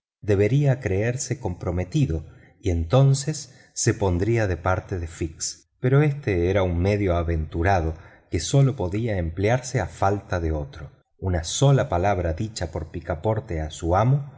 debería creerse comprometido y entonces se pondría de parte de fix pero éste era un medio aventurado que sólo podía emplearse a falta de otro una sola palabra dicha por picaporte a su amo